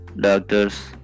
doctors